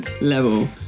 level